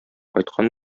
кайткан